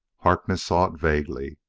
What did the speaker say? harkness saw it vaguely.